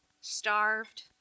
starved